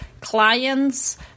clients